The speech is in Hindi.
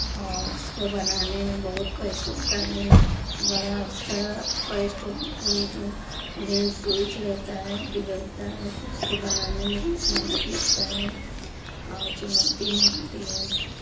और उसको बनाने में बहुत कष्ट होता है बड़ा उसका कष्ट जो मेन स्विच रहता है बिगड़ता है तो उसको बनाने में बहुत मेहनत लगता है और चुनौती में होती हैं